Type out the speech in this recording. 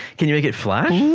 can you make it flash